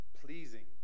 pleasing